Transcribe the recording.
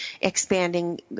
expanding